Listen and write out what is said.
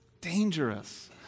dangerous